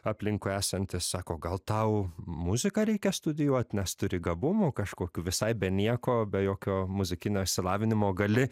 aplinkui esanti sako gal tau muziką reikia studijuot nes turi gabumų kažkokių visai be nieko be jokio muzikinio išsilavinimo gali